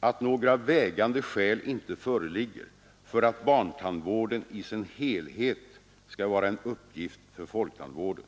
att några vägande skäl inte föreligger för att barntandvården i sin helhet skall vara en uppgift för folktandvården.